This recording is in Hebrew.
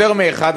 יותר מאחד,